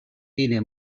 cine